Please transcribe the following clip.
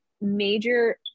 major